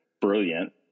brilliant